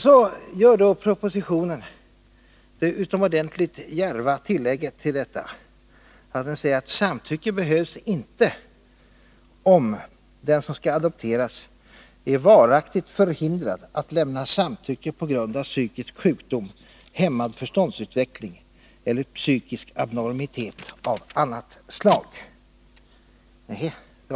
Så görs då i propositionen det utomordentligt djärva tillägget till detta, att samtycke inte behövs, om den som skall adopteras är varaktigt förhindrad att lämna samtycke på grund av psykisk sjukdom, hämmad förståndsutveckling eller psykisk abnormitet av annat slag.